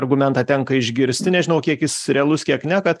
argumentą tenka išgirsti nežinau kiek jis realus kiek ne kad